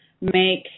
make